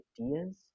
ideas